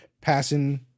passing